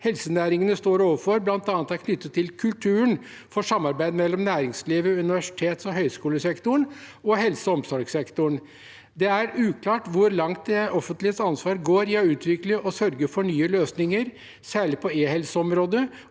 helsenæringene står overfor, bl.a. er knyttet til kulturen for samarbeid mellom næringslivet, universitets- og høyskolesektoren og helse- og omsorgssektoren. Det er uklart hvor langt det offentliges ansvar går i å utvikle og sørge for nye løsninger, særlig på e-helseområdet,